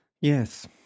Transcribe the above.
Yes